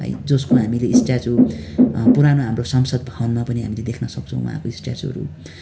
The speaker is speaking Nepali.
है जसकोमा हामीले स्ट्याच्यु पुरानो हाम्रो संसद भवनमा पनि हामीले देख्न सक्छौँ उहाँको स्ट्याच्युहरू